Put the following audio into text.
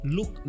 Look